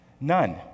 None